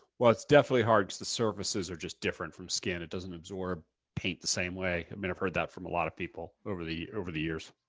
well it's definitely hard because the surfaces are just different from skin. it doesn't absorb paint the same way. i mean, i've heard that from a lot of people over the over the years.